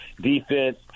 defense